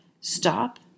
stop